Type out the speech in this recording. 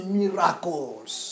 miracles